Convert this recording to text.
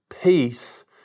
peace